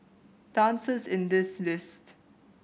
answer is in this list